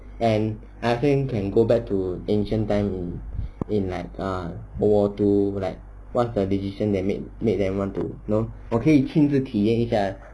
like I think can go back to ancient time in in like err world war two like what is the decision they make make them want to you know 我可以亲自体验一下